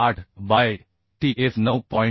8 by Tf 9